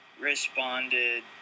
responded